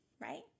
right